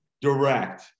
direct